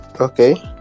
okay